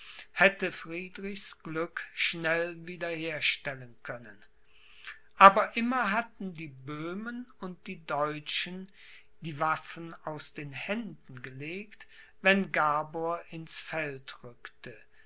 hätte friedrichs glück schnell wiederherstellen können aber immer hatten die böhmen und die deutschen die waffen aus den händen gelegt wenn gabor ins feld rückte